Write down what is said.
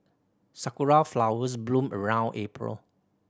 sakura flowers bloom around April